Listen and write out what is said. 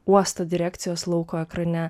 uosto direkcijos lauko ekrane